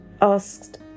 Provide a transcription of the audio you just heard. asked